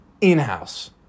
in-house